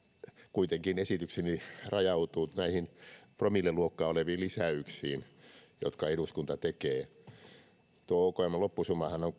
kuitenkin esitykseni rajautuu näihin promilleluokkaa oleviin lisäyksiin jotka eduskunta tekee okmn loppusummahan on